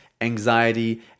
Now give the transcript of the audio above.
anxiety